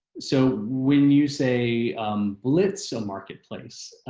so when you say blitz a marketplace.